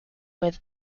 with